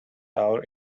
our